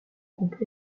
groupe